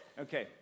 Okay